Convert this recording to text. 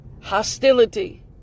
hostility